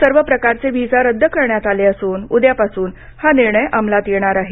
सर्व प्रकारचे व्हिसा रद्द करण्यात आले असून उद्यापासून हा निर्णय अंमलात येणार आहे